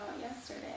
yesterday